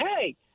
hey